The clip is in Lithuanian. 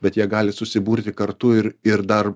bet jie gali susiburti kartu ir ir dar